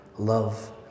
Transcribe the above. Love